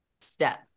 step